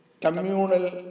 communal